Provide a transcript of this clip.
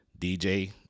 DJ